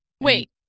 Wait